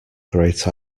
great